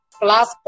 plus